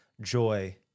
joy